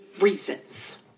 reasons